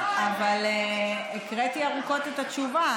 אבל הקראתי ארוכות את התשובה,